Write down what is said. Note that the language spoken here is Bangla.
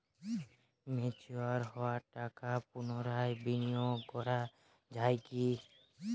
ম্যাচিওর হওয়া টাকা পুনরায় বিনিয়োগ করা য়ায় কি?